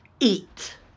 Eat